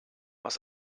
was